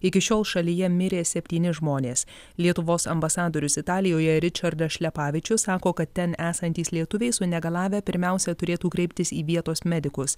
iki šiol šalyje mirė septyni žmonės lietuvos ambasadorius italijoje ričardas šlepavičius sako kad ten esantys lietuviai sunegalavę pirmiausia turėtų kreiptis į vietos medikus